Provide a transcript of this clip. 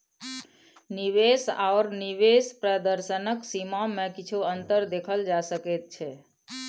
निवेश आओर निवेश प्रदर्शनक सीमामे किछु अन्तर देखल जा सकैत छै